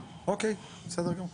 אוקיי, בסדר גמור.